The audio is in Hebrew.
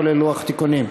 כולל לוח תיקונים.